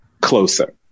closer